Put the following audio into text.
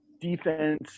defense